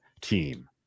team